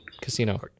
Casino